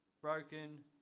broken